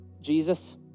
Jesus